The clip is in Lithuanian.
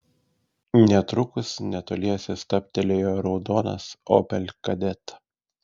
netrukus netoliese stabtelėjo raudonas opel kadett